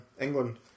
England